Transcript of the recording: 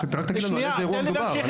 רק תגיד לנו על איזה אירוע מדובר?